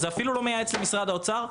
זה אפילו לא מייעץ למשרד האוצר.